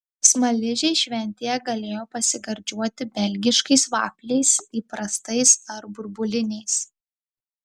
smaližiai šventėje galėjo pasigardžiuoti belgiškais vafliais įprastais ar burbuliniais